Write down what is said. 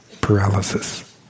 paralysis